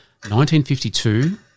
1952